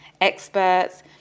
experts